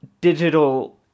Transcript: digital